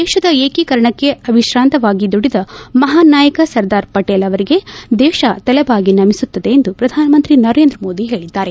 ದೇಶದ ಏಕೀಕರಣಕ್ಕೆ ಅವಿಶ್ರಾಂತವಾಗಿ ದುಡಿದ ಮಹಾನ್ ನಾಯಕ ಸರ್ದಾರ್ ಪಟೇಲ್ ಅವರಿಗೆ ದೇಶ ತಲೆಬಾಗಿ ನಮಿಸುತ್ತದೆ ಎಂದು ಪ್ರಧಾನಮಂತ್ರಿ ನರೇಂದ್ರ ಮೋದಿ ಹೇಳಿದ್ದಾರೆ